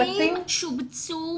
הילדים שובצו